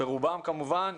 רובם כמובן,